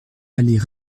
allée